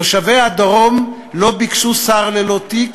תושבי הדרום לא ביקשו שר ללא תיק,